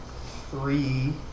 three